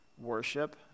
Worship